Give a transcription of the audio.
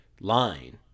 line